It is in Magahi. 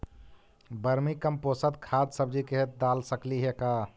वर्मी कमपोसत खाद सब्जी के खेत दाल सकली हे का?